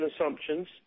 assumptions